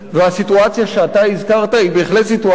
והסיטואציה שאתה הזכרת היא בהחלט סיטואציה